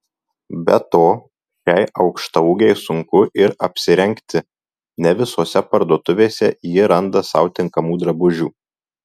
be to šiai aukštaūgei sunku ir apsirengti ne visose parduotuvėse ji randa sau tinkamų drabužių